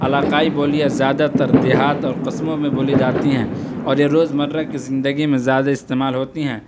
علاقائی بولیاں زیادہ تر دیہات اور قصبوں میں بولی جاتی ہیں اور یہ روز مرّہ کی زندگی میں زیادہ استعمال ہوتی ہیں